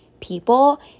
people